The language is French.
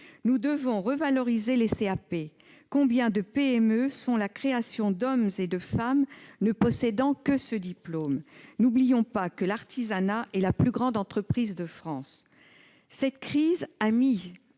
Nous devons revaloriser les CAP : combien de PME ont été créées par des hommes ou des femmes ne possédant que ce diplôme ? N'oublions pas que l'artisanat est la plus grande entreprise de France ! Cette crise a mis